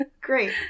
great